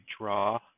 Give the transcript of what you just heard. draw